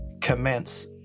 commence